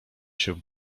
się